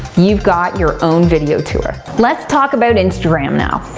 you've got your own video tour. let's talk about instagram now.